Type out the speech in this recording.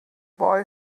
boy